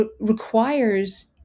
requires